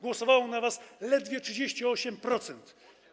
Głosowało na was ledwie 38%.